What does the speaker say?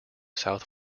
south